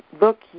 look